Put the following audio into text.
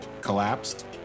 collapsed